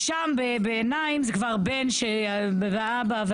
שם בעיניים זה כבר בן ואבא ובן.